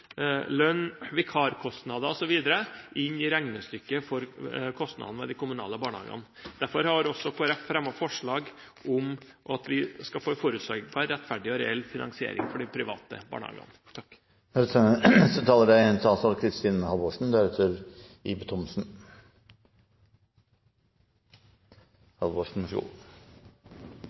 lønn, vikarkostnader osv. i sitt regnestykke – sammenliknet med kostnadene ved de kommunale barnehagene. Derfor har Kristelig Folkeparti også fremmet forslag om å sikre en forutsigbar, rettferdig og reell finansiering for de private barnehagene.